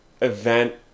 event